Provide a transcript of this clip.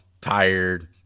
tired